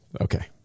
Okay